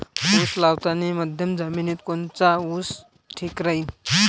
उस लावतानी मध्यम जमिनीत कोनचा ऊस ठीक राहीन?